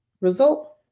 result